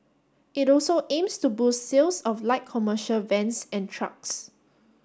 it also aims to boost sales of light commercial vans and trucks